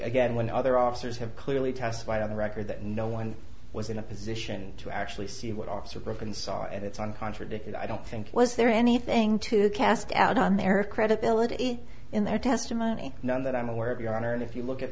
again when other officers have clearly testified on the record that no one was in a position to actually see what officer broken saw and it's one contradicted i don't think was there anything to cast doubt on their credibility in their testimony none that i'm aware of your honor and if you look at